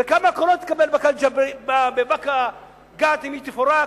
וכמה קולות תקבל בבאקה ג'ת, אם היא תפורק?